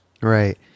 Right